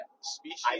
species